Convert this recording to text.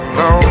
no